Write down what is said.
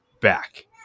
back